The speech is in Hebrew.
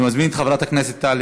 אני מזמין את חברת הכנסת טלי